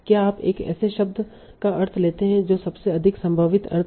क्या आप एक ऐसे शब्द का अर्थ लेते हैं जो सबसे अधिक संभावित अर्थ है